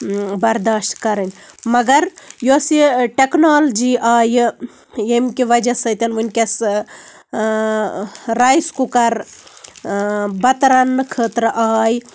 برداشت کَرٕنۍ مَگر یۄس یہِ ٹیٚکنالجی آیہِ ییٚمہِ کہِ وجہہ سۭتۍ ؤنکیٚس اۭں رایِس کُکَر اۭں بَتہٕ رَننہٕ خٲطرٕ آیہِ